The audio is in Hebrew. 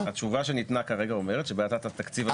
התשובה שניתנה כרגע אומרת שאין תקציב ואין כלום.